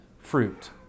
fruit